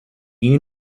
you